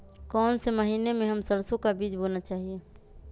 कौन से महीने में हम सरसो का बीज बोना चाहिए?